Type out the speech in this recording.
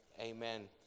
Amen